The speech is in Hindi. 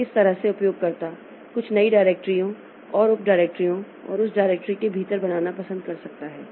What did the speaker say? तो इस तरह से उपयोगकर्ता कुछ नई डायरेक्टरीओं और उपडायरेक्टरीओं और उस डायरेक्टरी के भीतर बनाना पसंद कर सकता है